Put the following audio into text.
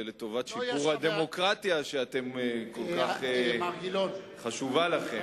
זה לטובת שיפור הדמוקרטיה, שכל כך חשובה לכם.